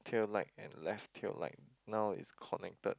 pale light and left pale light now is connected